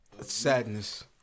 sadness